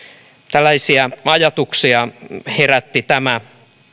tällaisia ajatuksia herätti tämä